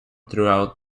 throughout